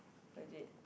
legit